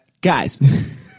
Guys